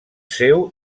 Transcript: seu